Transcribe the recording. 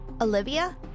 Olivia